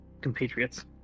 compatriots